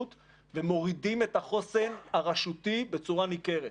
ומורידים את החוסן הרשותי בצורה ניכרת.